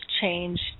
change